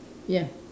ya